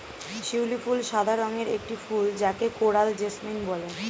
শিউলি ফুল সাদা রঙের একটি ফুল যাকে কোরাল জেসমিন বলে